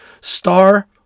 Star